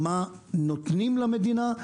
מה נותנים למדינה,